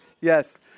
yes